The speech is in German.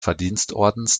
verdienstordens